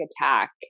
attack